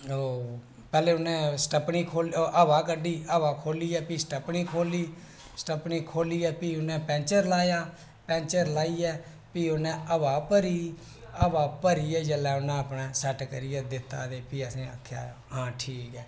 ओह् पैह्लें उनें स्टप्पनी खोह्ली हबा कड्ढी हबा खोह्लियै फिह् उनें स्टप्पनी खोह्ली स्टप्पनी खोह्लियै फ्ही उनें पैंचर लाया पैंचर लाइयै फ्ही उनें हबा भरी हबा भरिये जेल्लै उनें अपने सैट्ट करियै दित्ता ते फ्ही असें आखेआ ठीक ऐ